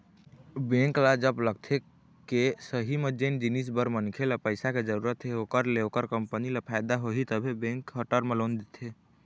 bank ल जब लगथे के सही म जेन जिनिस बर मनखे ल पइसा के जरुरत हे ओखर ले ओखर कंपनी ल फायदा होही तभे बेंक ह टर्म लोन देथे